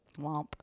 Womp